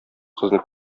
кызны